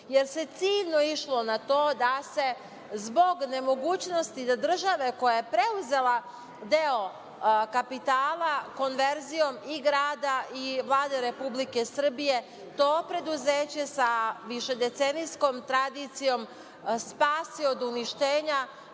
jer se ciljno išlo na to da se zbog nemogućnosti da država, koja je preuzela deo kapitala konverzijom i grada i Vlada Republike Srbije, to preduzeće sa višedecenijskom tradicijom spasi od uništenja